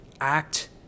act